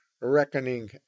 reckoning